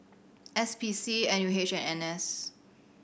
S P C N U H and N S